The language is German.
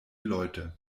leute